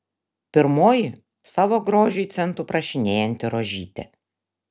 pirmoji savo grožiui centų prašinėjanti rožytė